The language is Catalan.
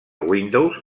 windows